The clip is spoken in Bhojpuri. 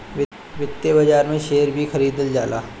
वित्तीय बाजार में शेयर के भी खरीदल जाला